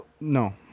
No